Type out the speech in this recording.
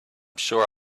sure